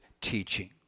teaching